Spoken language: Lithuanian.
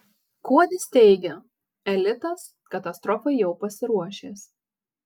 kuodis teigia elitas katastrofai jau pasiruošęs